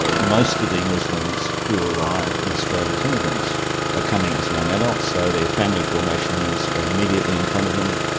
most of the muslims who arrive in australia as immigrants are coming as young adults, so their family formation years are immediately in front of them,